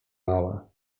mała